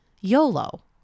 YOLO